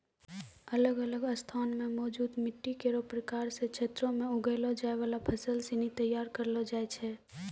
अलग अलग स्थान म मौजूद मिट्टी केरो प्रकार सें क्षेत्रो में उगैलो जाय वाला फसल सिनी तय करलो जाय छै